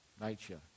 nature